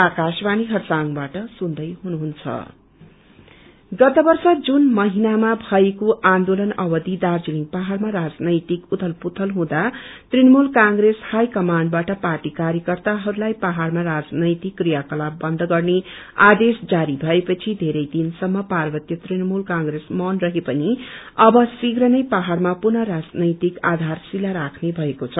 पार्जालिङ गत वर्ष जून महिनामा भएको आन्दोलन अवधि दार्जीलिङ पहाइमा राजनैतिक उथतपुथल हुँदा तृणमूल कंग्रेस हाई कमाण्डबाट पार्टी कार्यकर्ताहरूलाई पहाड़मा राजनैतिक क्रिया कलाप गन्द गर्ने आदेश जारी भएपछि वेरै दिनसम्म पार्वतय तृणमूल बंग्रेस मौन रहे पनि अब शीघ्र नै पाहाइमा पुनः राजनैतिक आधारशिता राख्ने भएको छ